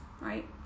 right